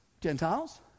Gentiles